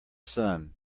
sun